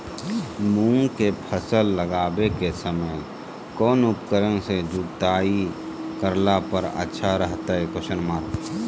मूंग के फसल लगावे के समय कौन उपकरण से जुताई करला पर अच्छा रहतय?